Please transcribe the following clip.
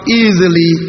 easily